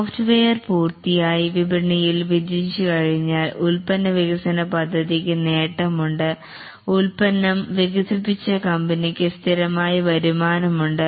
software പൂർത്തിയായി വിപണിയിൽ വിജയിച്ചു കഴിഞ്ഞാൽ ഉൽപ്പന്ന വികസനപദ്ധതിക്ക് നേട്ടം ഉണ്ട് ഉൽപന്നം വികസിപ്പിച്ച കമ്പനിക്ക് സ്ഥിരമായ വരുമാനം ഉണ്ട്